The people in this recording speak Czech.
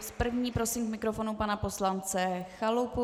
S první prosím k mikrofonu pana poslance Chalupu.